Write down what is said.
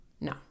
No